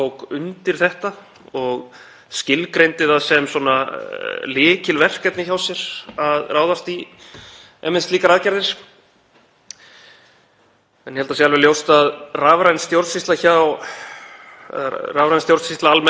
En ég held að það sé alveg ljóst að rafræn stjórnsýsla almennt í útlendingamálum kallar á mjög afgerandi frumkvæði frá dómsmálaráðuneytinu og snertir miklu fleiri stofnanir heldur en bara Útlendingastofnun.